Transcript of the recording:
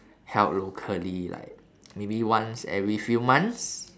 held locally like maybe once every few months